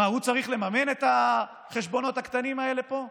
מה, הוא צריך לממן את החשבונות הקטנים האלה פה?